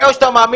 חוץ מזה.